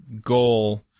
goal